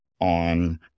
on